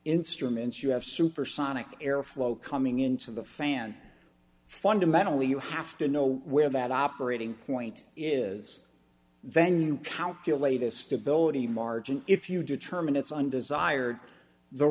instruments you have supersonic airflow coming into the fan fundamentally you have to know where that operating point is venue calculate a stability margin if you determine it's undesired the